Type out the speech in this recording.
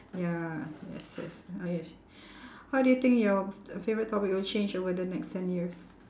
ya yes yes uh yes how do you think your favourite topic will change over the next ten years